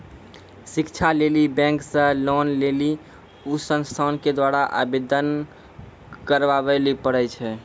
शिक्षा लेली बैंक से लोन लेली उ संस्थान के द्वारा आवेदन करबाबै लेली पर छै?